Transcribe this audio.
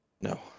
no